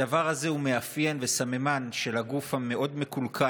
הדבר הזה הוא מאפיין וסממן של הגוף המאוד-מקולקל